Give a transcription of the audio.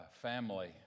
family